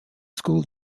school